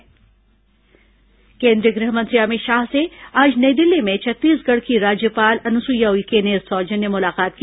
राज्यपाल गृहमंत्री मुलाकात केंद्रीय गृह मंत्री अमित शाह से आज नई दिल्ली में छत्तीसगढ़ की राज्यपाल अनुसुईया उइके ने सौजन्य मुलाकात की